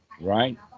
Right